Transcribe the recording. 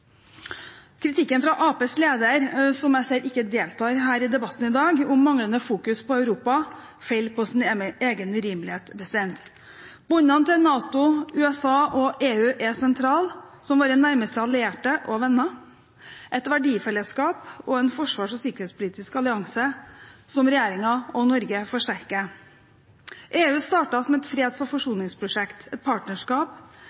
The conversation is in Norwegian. Kritikken fra Arbeiderpartiets leder, som jeg ser ikke deltar i debatten i dag, om manglende fokus på Europa, faller på sin egen urimelighet. Båndene til NATO, USA og EU er sentrale, som våre nærmeste allierte og venner. Det er et verdifellesskap og en forsvars- og sikkerhetspolitisk allianse som regjeringen og Norge forsterker. EU startet som et freds- og forsoningsprosjekt, et partnerskap